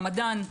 רמדאן.